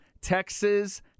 Texas